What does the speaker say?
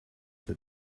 that